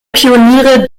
pioniere